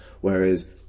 whereas